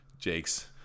Jake's